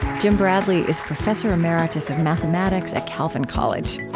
jim bradley is professor emeritus of mathematics at calvin college.